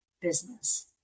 business